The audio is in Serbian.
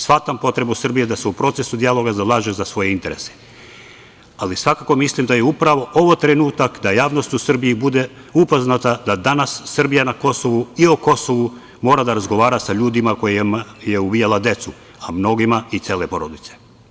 Shvatam potrebu Srbije da se u procesu dijaloga zalaže za svoje interese, ali svakako mislim da je upravo ovo trenutak da javnost u Srbiji bude upoznata da danas Srbija na Kosovu i o Kosovu mora da razgovara sa ljudima kojima je ubijala decu, a mnogima i cele porodice.